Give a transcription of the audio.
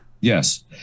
Yes